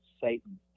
Satan